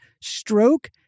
stroke